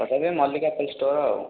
ପଚାରିବେ Mallick apple store ଆଉ